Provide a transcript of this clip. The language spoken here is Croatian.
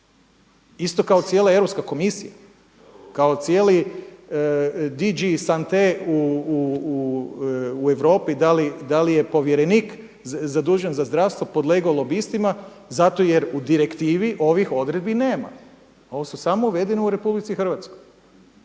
isto kao cijela Europska komisija, kao cijeli …/Govornik se ne razumije./… u Europi. Da li je povjerenik zadužen za zdravstvo podlegao lobistima zato jer u direktivi ovih odredbi nema. Ovo su samo uvedene u Republici Hrvatskoj.